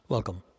Welcome